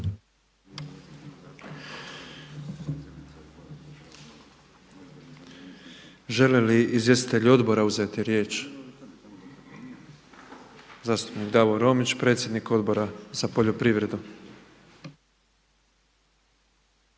Zastupnik Davor Romić, predsjednik Odbora za poljoprivredu.